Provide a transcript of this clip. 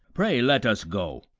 pray, let us go.